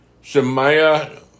Shemaiah